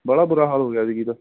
ਵਾਹਲਾ ਬੁਰਾ ਹਾਲ ਹੋ ਗਿਆ ਐਤਕੀ ਤਾਂ